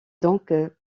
donc